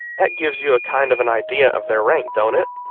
that gives you a kind of an idea of their rank, don't it?